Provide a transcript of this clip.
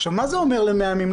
עכשיו, מה זה אומר ל-100 ימים?